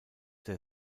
der